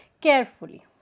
carefully